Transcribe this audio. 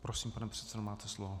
Prosím, pane předsedo, máte slovo.